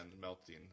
melting